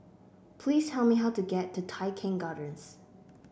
please tell me how to get to Tai Keng Gardens